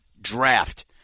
draft